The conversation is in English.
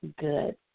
good